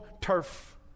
turf